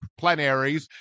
plenaries